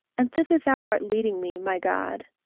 and thither thou art leading me, my god.